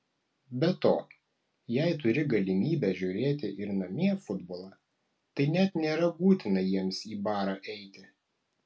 be to jei turi galimybę žiūrėti ir namie futbolą tai net nėra būtina jiems į barą eiti